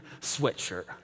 sweatshirt